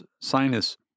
sinus